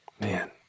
Man